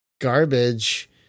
garbage